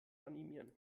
animieren